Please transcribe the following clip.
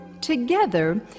Together